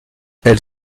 elle